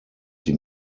sie